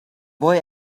boy